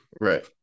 Right